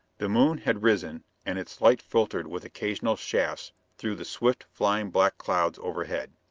the moon had risen and its light filtered with occasional shafts through the swift-flying black clouds overhead.